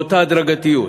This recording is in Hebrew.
באותה הדרגתיות,